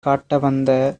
காட்டவந்த